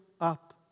up